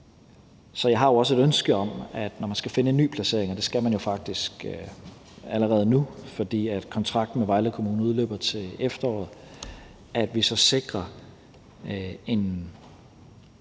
Så jeg har jo også et ønske om, at vi, når man skal finde en ny placering, og det skal man jo faktisk allerede nu, fordi kontrakten med Vejle Kommune udløber til efteråret, så sikrer en